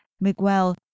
Miguel